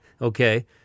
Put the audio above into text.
okay